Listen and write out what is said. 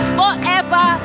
forever